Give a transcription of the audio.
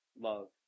love